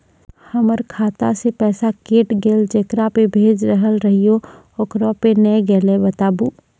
हमर खाता से पैसा कैट गेल जेकरा पे भेज रहल रहियै ओकरा पे नैय गेलै बताबू?